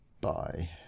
bye